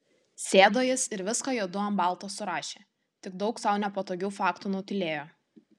sėdo jis ir viską juodu ant balto surašė tik daug sau nepatogių faktų nutylėjo